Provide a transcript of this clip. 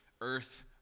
earth